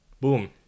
boom